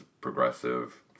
progressive